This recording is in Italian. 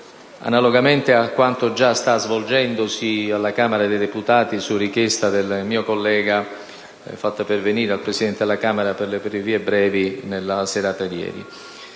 analogamente a quanto sta già accadendo alla Camera dei deputati su richiesta del mio collega, fatta pervenire al Presidente della Camera, per le vie brevi, nella serata di ieri.